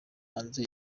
hanze